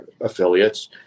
affiliates